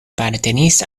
apartenis